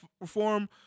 reform